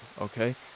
okay